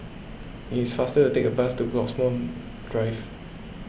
it is faster to take the bus to Bloxhome Drive